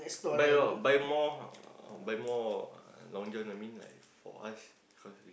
buy uh buy more buy more Long-John I mean like for us cause we